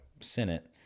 Senate